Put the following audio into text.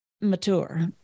mature